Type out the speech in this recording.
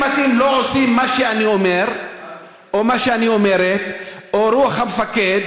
אם אתם לא עושים מה שאני אומרת, או רוח המפקד,